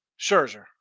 Scherzer